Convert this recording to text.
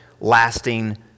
lasting